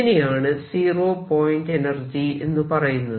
ഇതിനെയാണ് 0 point energy എന്ന് പറയുന്നത്